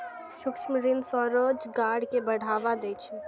सूक्ष्म ऋण स्वरोजगार कें बढ़ावा दै छै